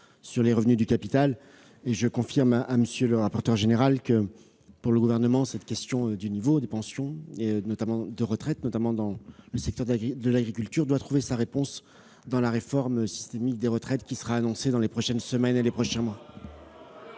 sur les revenus du capital. Je confirme à M. le rapporteur général que, pour le Gouvernement, la question du niveau des pensions de retraite, notamment dans le secteur de l'agriculture, doit trouver sa réponse dans la réforme systémique des retraites qui sera présentée dans les prochains mois. Arrêtez ! Vous